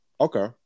Okay